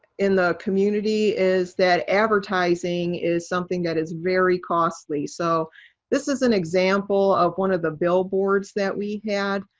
in the community is that advertising is something that is very costly. so this is an example of one of the billboards that we had